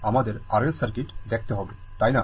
আমাদের RL circuit দেখতে হবে তাই না